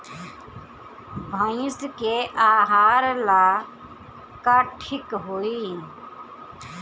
भइस के आहार ला का ठिक होई?